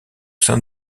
sein